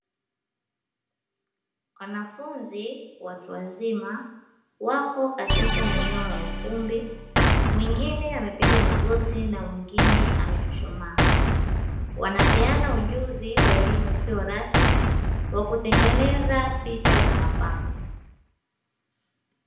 Wanafunzi watu wazima wako katika eneo la ukumbi mwingine amepiga magoti na mwingine amechuchumaa wanapeana ujuzi wa elimu isiyo rasmi wa kutengeneza picha za mapambo.